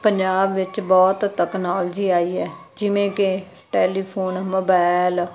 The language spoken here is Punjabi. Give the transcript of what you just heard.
ਪੰਜਾਬ ਵਿੱਚ ਬਹੁਤ ਤਕਨਾਲੋਜੀ ਆਈ ਹੈ ਜਿਵੇਂ ਕਿ ਟੈਲੀਫੋਨ ਮੋਬਾਇਲ